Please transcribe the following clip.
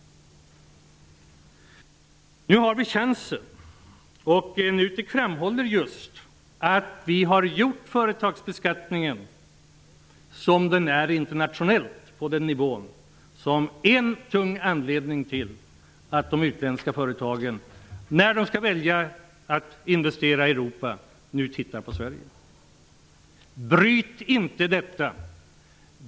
Nu har vi chansen, och Nutek framhåller just det förhållandet att vi har utformat företagsbeskattningen med hänsyn till den internationella nivån som en tung anledning till att de utländska företagen när de skall välja att investera i Europa nu ser på Sverige. Bryt inte detta!